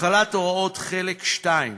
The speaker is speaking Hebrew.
החלת הוראות חלק ה'2